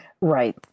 Right